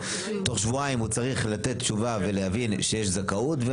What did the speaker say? תוך שבועיים הוא צריך לתת תשובה ולהבין שיש זכאות.